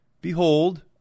Behold